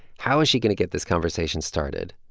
how is she going to get this conversation started?